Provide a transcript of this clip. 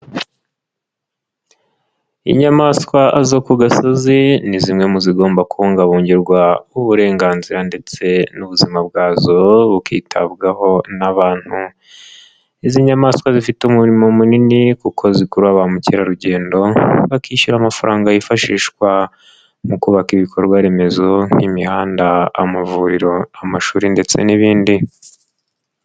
Inyamaswa zo ku gasozi ni zimwe mu zigomba kubungabungirwa uburenganzira ndetse n'ubuzima bwazo bukitabwaho n'abantu, izi nyamaswa zifite umurimo munini kuko zikurura ba mukerarugendo bakishyura amafaranga yifashishwa mu kubaka ibikorwa remezo nk'imihanda, amavuriro, amashuri ndetse n'ibindi.